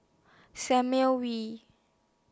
San Mail Wee